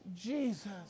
Jesus